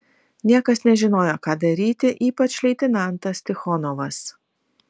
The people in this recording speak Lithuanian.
niekas nežinojo ką daryti ypač leitenantas tichonovas